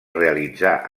realitzar